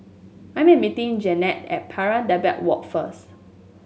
I am meeting Jeannette at Pari Dedap Walk first